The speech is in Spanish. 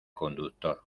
conductor